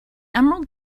emerald